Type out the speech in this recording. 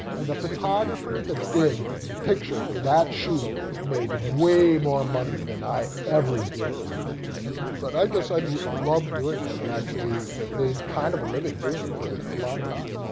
and the photographer that did the picture for that shoot made way more money than i ever did on that picture. but i just love doing em and actually made kind of a living doing it for a long time.